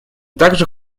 также